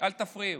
אל תפריעו.